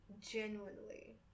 genuinely